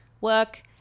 work